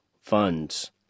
funds